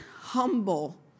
humble